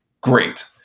great